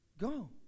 Go